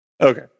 Okay